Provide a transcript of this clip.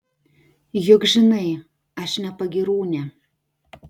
juk žinai aš ne pagyrūnė